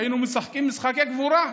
היינו משחקים משחקי גבורה,